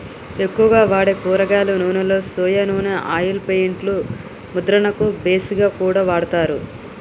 ఎక్కువగా వాడే కూరగాయల నూనెలో సొయా నూనె ఆయిల్ పెయింట్ లు ముద్రణకు బేస్ గా కూడా వాడతారు